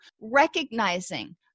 Recognizing